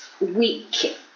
week